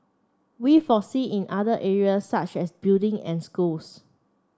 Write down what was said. we foresee in other areas such as building and schools